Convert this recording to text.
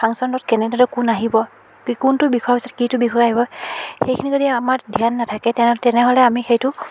ফাংচনটোত কেনেদৰে কোন আহিব কি কোনটো বিষয়ৰ পিছত কিটো বিষয় আহিব সেইখিনি যদি আমাৰ ধ্য়ান নাথাকে তেনে তেনেহ'লে আমি সেইটো